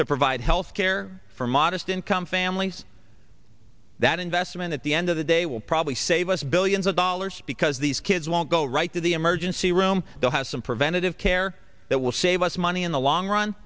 to provide health care for modest income families that investment at the end of the day will probably save us billions of dollars because these kids won't go right to the emergency room they'll have some preventative care that will save us money in the long run